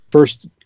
first